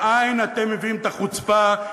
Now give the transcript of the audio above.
מאין אתם מביאים את החוצפה,